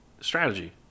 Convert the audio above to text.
strategy